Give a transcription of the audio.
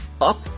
up